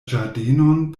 ĝardenon